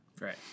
Right